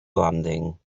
landing